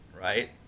right